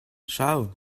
schau